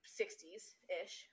60s-ish